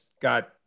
got